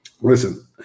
Listen